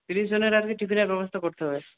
তিরিশ জনের আর কি টিফিনের ব্যবস্থা করতে হবে